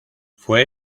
fue